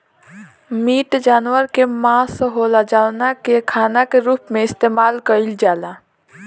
meat जानवर के मांस होला जवना के खाना के रूप में इस्तेमाल कईल जाला